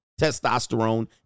testosterone